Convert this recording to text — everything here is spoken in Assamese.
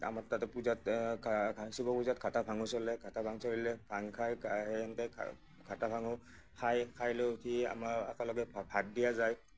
আমাৰ তাতে পূজাত কা শিৱ পূজাত ঘাটা ভাঙো চলে ঘাটা ভাং চলিলে ভাং খাই কা সেনেকৈ ঘাট ঘাটা ভাঙো খাই খাই লৈ উঠি আমাৰ একেলগে ভাত দিয়া যায়